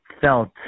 felt